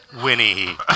Winnie